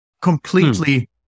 completely